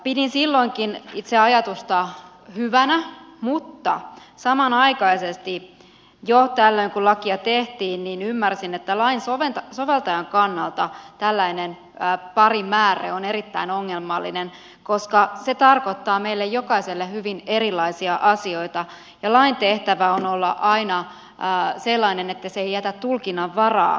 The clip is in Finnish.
pidin silloinkin itse ajatusta hyvänä mutta samanaikaisesti jo tällöin kun lakia tehtiin ymmärsin että lain soveltajan kannalta tällainen määre on erittäin ongelmallinen koska se tarkoittaa meille jokaiselle hyvin erilaisia asioita ja lain tehtävä on olla aina sellainen että se ei jätä tulkinnanvaraa